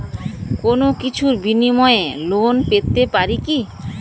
কোনো কিছুর বিনিময়ে লোন পেতে পারি কি?